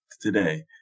today